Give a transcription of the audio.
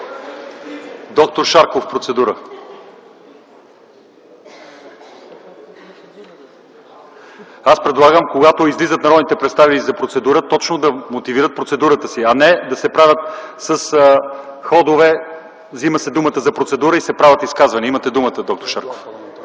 Доктор Шарков – процедура. Предлагам, когато народните представители излизат за процедура точно да мотивират процедурата си, а не да се правят с ходове да се взима думата за процедура и да се правят изказвания. Имате думата, д-р Шарков,